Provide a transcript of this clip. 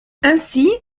ainsi